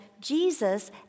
Jesus